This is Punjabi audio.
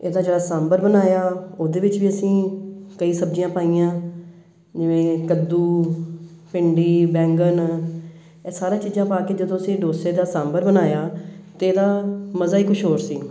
ਇਹਦਾ ਜਿਹੜਾ ਸਾਂਭਰ ਬਣਾਇਆ ਉਹਦੇ ਵਿੱਚ ਵੀ ਅਸੀਂ ਕਈ ਸਬਜ਼ੀਆਂ ਪਾਈਆਂ ਜਿਵੇਂ ਕੱਦੂ ਭਿੰਡੀ ਬੈਂਗਣ ਇਹ ਸਾਰੇ ਚੀਜ਼ਾਂ ਪਾ ਕੇ ਜਦੋਂ ਅਸੀਂ ਡੋਸੇ ਦਾ ਸਾਂਭਰ ਬਣਾਇਆ ਤਾਂ ਇਹਦਾ ਮਜ਼ਾ ਹੀ ਕੁਛ ਹੋਰ ਸੀ